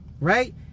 right